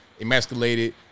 emasculated